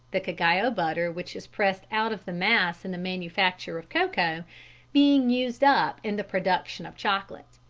the cacao butter which is pressed out of the mass in the manufacture of cocoa being used up in the production of chocolate.